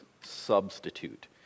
substitute